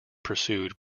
pursued